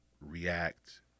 react